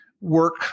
work